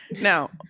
Now